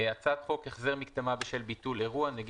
מצוין.